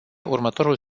următorul